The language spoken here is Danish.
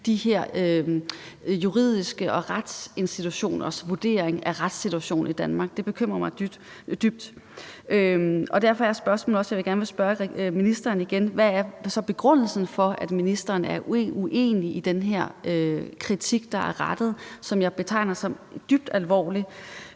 de her juridiske vurderinger og retsinstitutioners vurdering af retssituationen i Danmark. Det bekymrer mig dybt. Derfor er spørgsmålet, som jeg vil spørge ministeren om igen: Hvad er så begrundelsen for, at ministeren er uenig i den her kritik, der er, og som jeg betegner som dybt alvorlig?